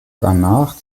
danach